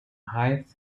hythe